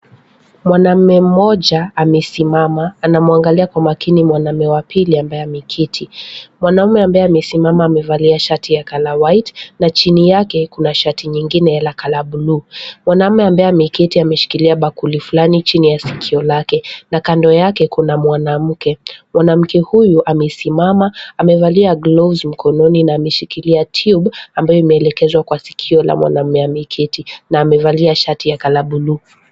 Mwanamume mmoja amesimama anamwangalia kwa makini mwanamume wa pili ambaye ameketi. Mwanamume ambaye amesimama amevalia shati ya color white na chini yake kuna shati nyingine la color blue . Mwanamume ambaye ameketi ameshikilia bakuli fulani chini ya sikio lake na kando yake kuna mwanamke. Mwanamke huyu amesimama amevalia gloves mkononi na ameshikilia tube ambayo imeelekezwa kwa sikio ya mwanamume ameketi na amevalia shati ya color blue .